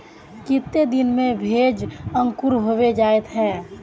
केते दिन में भेज अंकूर होबे जयते है?